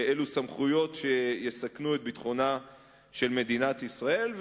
אלו סמכויות שיסכנו את ביטחונה של מדינת ישראל.